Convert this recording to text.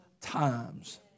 times